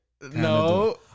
No